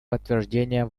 подтверждения